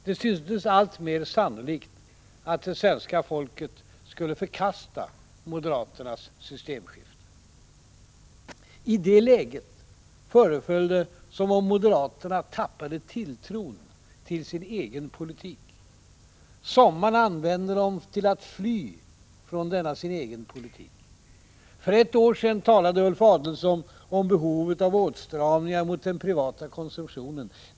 Det syntes alltmer sannolikt att det svenska folket skulle förkasta moderaternas systemskifte. I det läget föreföll det som om moderaterna tappade tilltron till sin egen politik. Sommaren använde de till att fly från denna sin egen politik. För ett år sedan talade Ulf Adelsohn om behovet av åtstramningar mot den privata konsumtionen.